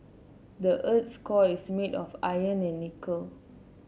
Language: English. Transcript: the earth's core is made of iron and nickel